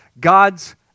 God's